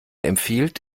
empfiehlt